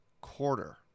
quarter